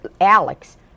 Alex